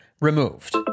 removed